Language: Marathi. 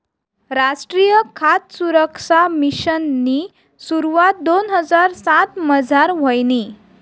रासट्रीय खाद सुरक्सा मिशननी सुरवात दोन हजार सातमझार व्हयनी